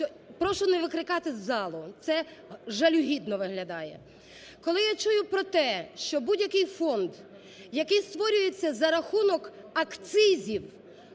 Прошу не викрикати із залу, це жалюгідно виглядає. Коли я чую про те, що будь-який фонд, який створюється за рахунок акцизів